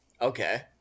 Okay